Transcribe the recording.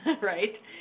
right